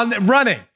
running